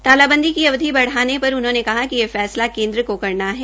तालाबंदी की अवधि बढ़ाने पर उन्होंने कहा कि ये फैसला केन्द्र को करना है